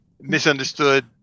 misunderstood